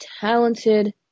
talented